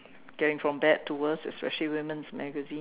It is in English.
getting from bad to worse especially women's magazines